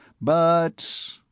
But—